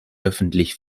öffentlich